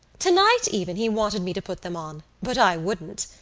tonight even, he wanted me to put them on, but i wouldn't.